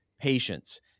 patience